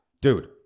Dude